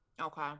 Okay